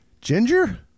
Ginger